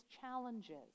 challenges